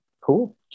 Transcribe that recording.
Cool